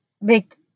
make